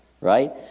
right